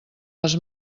les